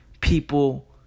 people